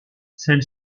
celui